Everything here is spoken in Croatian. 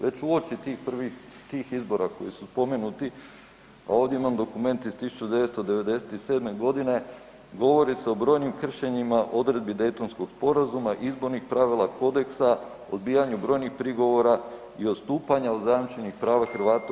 Već uoči tih prvih izbora koji su spomenuti, a ovdje imam dokument iz 1997. godine govori se o brojnim kršenjima odredbi Daytonskog sporazuma, izbornih pravila, kodeksa, odbijanju brojnih prigovora i odstupanja od zajamčenih prava Hrvata u